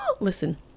listen